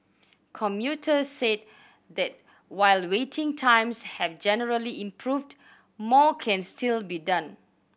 commuters said that while waiting times have generally improved more can still be done